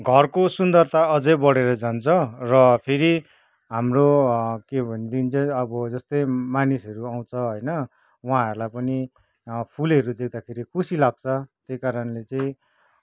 घरको सुन्दरता अझै बढेर जान्छ र फेरि हाम्रो के भनेदेखि चाहिँ अब जस्तै मानिसहरू आउँछ होइन उहाँहरूलाई पनि फुलहरू देख्दाखेरि खुसी लाग्छ त्यहीकारणले चाहिँ